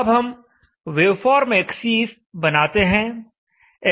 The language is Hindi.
अब हम वेवफॉर्म एक्सीस बनाते हैं